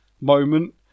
moment